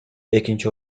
экинчи